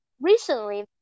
recently